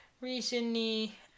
recently